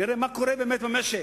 נראה מה קורה באמת במשק,